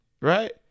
right